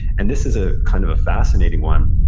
and this is ah kind of a fascinating one,